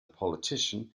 politician